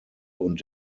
und